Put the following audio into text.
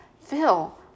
Phil